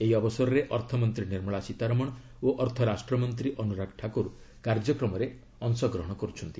ଏହି ଅବସରରେ ଅର୍ଥମନ୍ତ୍ରୀ ନିର୍ମଳା ସୀତାରମଣ ଓ ଅର୍ଥ ରାଷ୍ଟ୍ରମନ୍ତ୍ରୀ ଅନୁରାଗ ଠାକୁର କାର୍ଯ୍ୟକ୍ରମରେ ଅଂଶଗ୍ରହଣ କରୁଛନ୍ତି